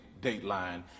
Dateline